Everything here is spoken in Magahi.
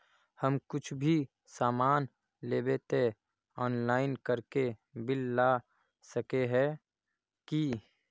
हम कुछ भी सामान लेबे ते ऑनलाइन करके बिल ला सके है की?